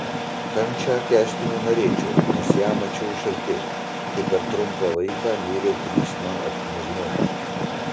kančią kęsti nenorėčiau nes ją mačiau iš arti kai per trumpą laiką mirė trys man artimi žmonės